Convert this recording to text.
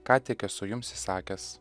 ką tik esu jums įsakęs